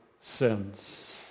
sins